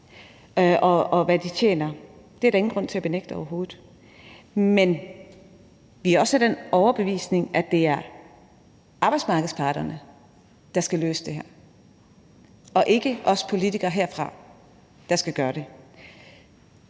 det er der overhovedet ikke nogen grund til at benægte – men jeg er også af den overbevisning, at det er arbejdsmarkedets parter, der skal løse det her, og ikke os politikere, der skal gøre det